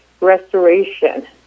restoration